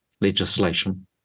legislation